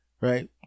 Right